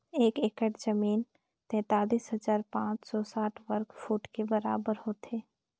एक एकड़ जमीन तैंतालीस हजार पांच सौ साठ वर्ग फुट के बराबर होथे